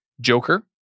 Joker